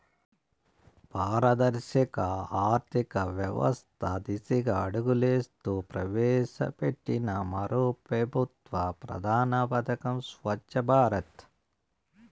పారదర్శక ఆర్థికవ్యవస్త దిశగా అడుగులేస్తూ ప్రవేశపెట్టిన మరో పెబుత్వ ప్రధాన పదకం స్వచ్ఛ భారత్